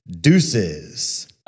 deuces